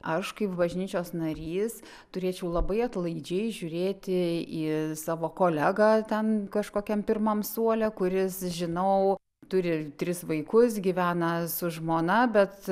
aš kaip bažnyčios narys turėčiau labai atlaidžiai žiūrėti į savo kolegą ten kažkokiam pirmam suole kuris žinau turi tris vaikus gyvena su žmona bet